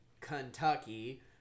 Kentucky